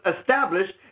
established